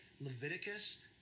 Leviticus